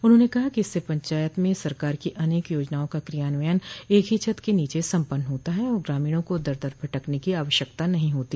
उन्होंने कहा कि इससे पंचायत में सरकार की अनेक योजनाओं का क्रियान्वयन एक ही छत के नीचे सम्पन्न होता है और ग्रामीणों को दर दर भटकने की आवश्यकता नहीं होती